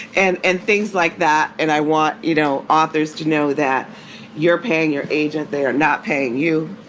and and things like that. and i want, you know, authors to know that you're paying your agent. they are not paying you.